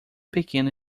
pequeno